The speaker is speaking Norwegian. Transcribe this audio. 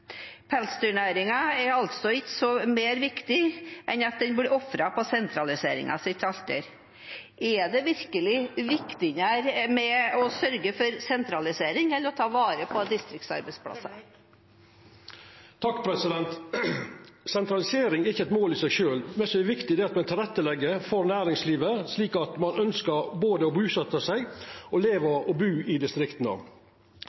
er altså ikke mer viktig enn at den blir ofret på sentraliseringens alter. Er det virkelig viktigere å sørge for sentralisering enn å ta vare på distriktsarbeidsplasser? Sentralisering er ikkje eit mål i seg sjølv. Det som er viktig, er at me legg til rette for næringslivet, slik at ein ønskjer både å busetta seg og